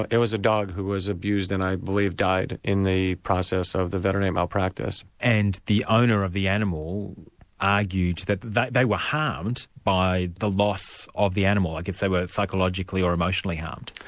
it was a dog who was abused and i believe died in the process of the veterinary malpractice. and the owner of the animal argued that that they were harmed by the loss of the animal i could say, psychologically or emotionally harmed.